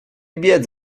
biec